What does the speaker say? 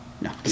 No